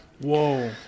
Whoa